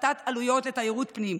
הפחתת עלויות לתיירות פנים,